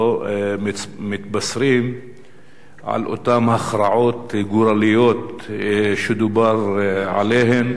מתבשרים על אותן הכרעות גורליות שדובר עליהן,